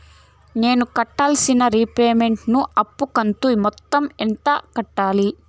నేను కట్టాల్సిన రీపేమెంట్ ను అప్పు కంతు మొత్తం ఎంత కట్టాలి?